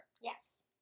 Yes